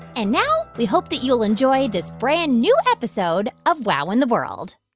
and now we hope that you'll enjoy this brand-new episode of wow in the world